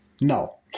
No